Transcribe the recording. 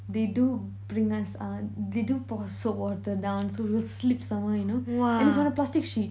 they do bring us uh they do pour soap water down so you'll slip somewhere you know and is on a plastic sheet